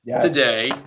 today